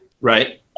Right